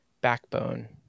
backbone